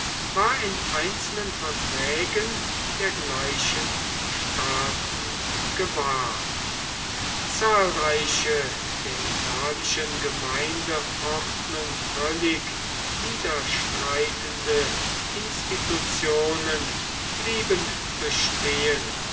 war in einzelnen verträgen dergleichen staaten gewahrt zahlreiche der italischen gemeindeordnung völlig widerstreitende institutionen blieben bestehen